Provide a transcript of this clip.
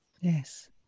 Yes